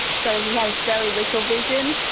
so he has very little vision,